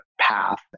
path